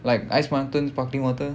like Ice Mountain sparkling water no